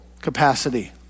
capacity